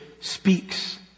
speaks